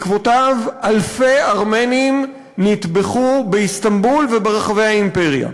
בעקבותיו אלפי ארמנים נטבחו באיסטנבול וברחבי האימפריה.